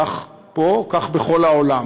כך פה, כך בכל העולם.